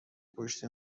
پشت